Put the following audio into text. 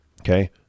Okay